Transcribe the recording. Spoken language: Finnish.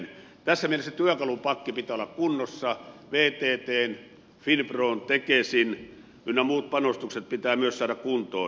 tässä mielessä työkalupakin pitää olla kunnossa vttn finpron tekesin ynnä muiden panostukset pitää myös saada kuntoon